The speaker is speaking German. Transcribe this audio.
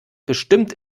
bestimmt